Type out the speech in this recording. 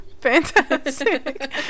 fantastic